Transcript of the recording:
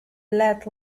let